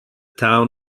town